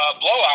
blowout